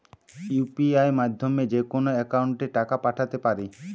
UPI মাধ্যমে যেকোনো একাউন্টে টাকা পাঠাতে পারি?